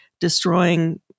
destroying